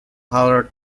harold